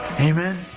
Amen